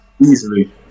Easily